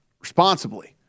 responsibly